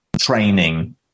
training